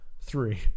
Three